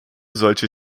solche